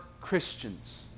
Christians